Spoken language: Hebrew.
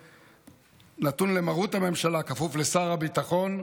נתון למרות הממשלה, כפוף לשר הביטחון,